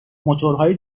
موتورهای